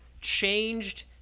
changed